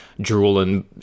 drooling